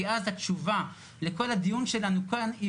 כי אז התשובה לכל הדיון שלנו כן,